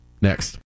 next